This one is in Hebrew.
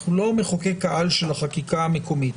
אנחנו לא מחוקק העל של החקיקה המקומית,